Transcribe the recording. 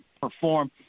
perform